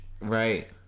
Right